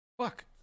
Fuck